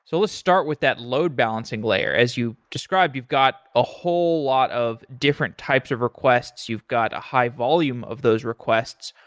so let's start with that load balancing layer. as you described, you've got a whole lot of different types of requests. you've got a high volume of those requests.